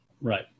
right